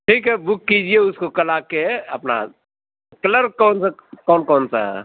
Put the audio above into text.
ٹھیک ہے بک کیجیے اُس کو کل آ کے اپنا کلر کون سا کون کون سا ہے